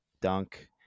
dunk